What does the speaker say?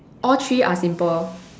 all three are simple